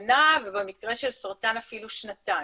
במשך שנה, ובמקרה של סרטן אפילו שנתיים.